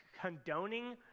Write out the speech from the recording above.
condoning